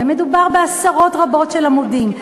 ומדובר בעשרות רבות של עמודים,